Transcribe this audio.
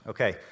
Okay